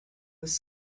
was